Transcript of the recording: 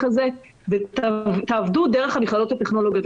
הזה ותעבדו דרך המכללות הטכנולוגיות.